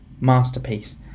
masterpiece